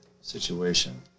situation